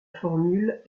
formule